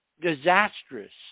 disastrous